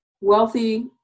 wealthy